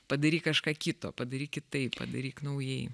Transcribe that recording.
padaryk kažką kito padarykit taip padaryk naujai